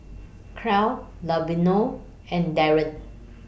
Clell Lavonia and Darren